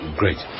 great